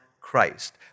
Christ